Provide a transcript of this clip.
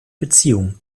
beziehung